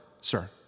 sir